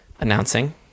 announcing